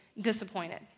disappointed